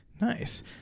Nice